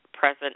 present